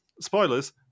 spoilers